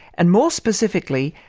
and more specifically,